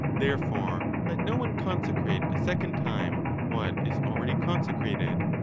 therefore, let no one consecrate a second time what is already consecrated.